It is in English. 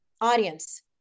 audience